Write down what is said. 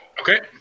Okay